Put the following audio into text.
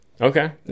Okay